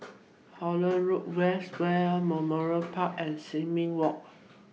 Holland Road West War Memorial Park and Sin Ming Walk